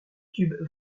tube